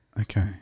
Okay